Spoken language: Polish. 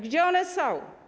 Gdzie one są?